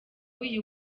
uyu